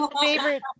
Favorite